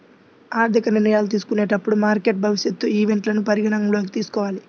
ఆర్థిక నిర్ణయాలు తీసుకునేటప్పుడు మార్కెట్ భవిష్యత్ ఈవెంట్లను పరిగణనలోకి తీసుకోవాలి